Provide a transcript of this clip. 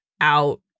out